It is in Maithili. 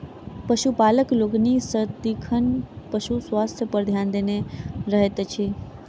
पशुपालक लोकनि सदिखन पशु स्वास्थ्य पर ध्यान देने रहैत छथि